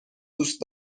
دوست